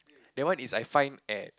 that one is I find at